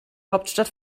hauptstadt